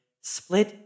split